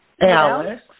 Alex